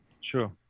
Sure